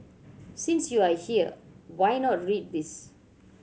since you are here why not read this